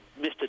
Mr